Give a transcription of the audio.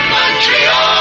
Montreal